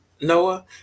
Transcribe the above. Noah